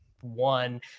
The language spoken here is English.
one